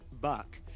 Buck